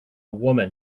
woman